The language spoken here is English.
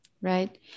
right